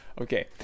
Okay